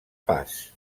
pas